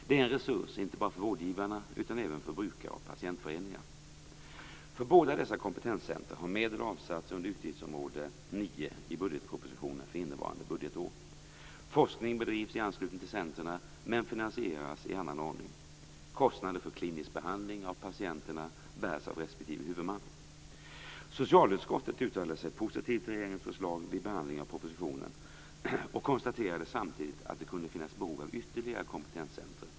De är en resurs inte bara för vårdgivarna utan även för brukare och patientföreningar. För båda dessa kompetenscentrum har medel avsatts under utgiftsområde 9 i budgetpropositionen för innevarande budgetår. Forskning bedrivs i anslutning till centrumen men finansieras i annan ordning. Kostnader för klinisk behandling av patienterna bärs av respektive huvudman. Socialutskottet uttalade sig positivt till regeringens förslag vid behandlingen av propositionen och konstaterade samtidigt att det kunde finnas behov av ytterligare kompetenscentrum.